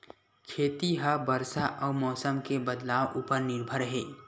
खेती हा बरसा अउ मौसम के बदलाव उपर निर्भर हे